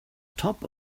top